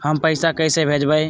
हम पैसा कईसे भेजबई?